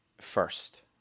first